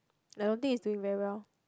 I don't think it's doing very well